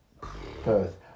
Perth